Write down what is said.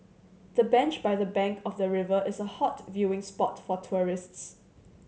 the bench by the bank of the river is a hot viewing spot for tourists